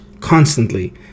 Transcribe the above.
constantly